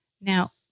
Now